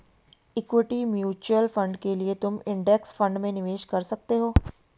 equity mutual fund के लिए तुम इंडेक्स फंड में निवेश कर सकते हो